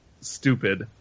stupid